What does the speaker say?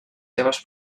seves